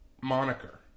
Moniker